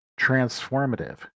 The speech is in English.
transformative